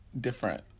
different